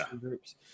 groups